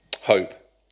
Hope